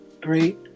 great